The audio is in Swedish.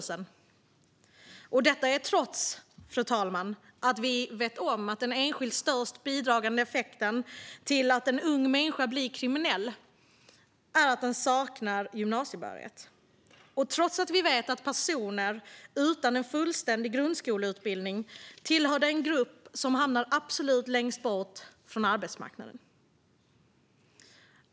Så är det, fru talman, trots att vi vet att den enskilt största orsaken till att en ung människa blir kriminell är att den saknar gymnasiebehörighet och trots att vi vet att personer utan en fullständig grundskoleutbildning tillhör den grupp som hamnar absolut längst bort från arbetsmarknaden.